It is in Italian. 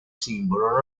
simbolo